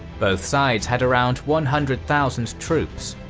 both sides had around one hundred thousand troops,